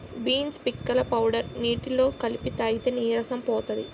beans పిక్కల powder నీటిలో కలిపి తాగితే నీరసం పోతది